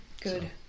Good